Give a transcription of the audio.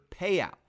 payout